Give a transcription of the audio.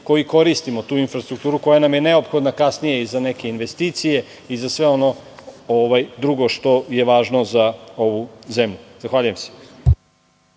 koji koristimo tu infrastrukturu koja nam je neophodna kasnije i za neke investicije i za sve ono drugo što je važno za ovu zemlju. Hvala-